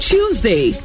Tuesday